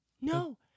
no